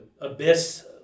abyss